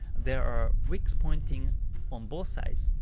there are wicks pointing on both sides,